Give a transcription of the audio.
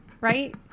right